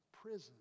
prison